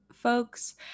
folks